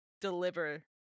deliver